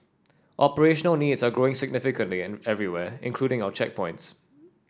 operational needs are growing significantly everywhere including our checkpoints